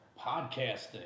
podcasting